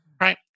right